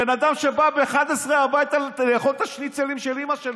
בן אדם שבא ב-11:00 הביתה לאכול את השניצלים של אימא שלו.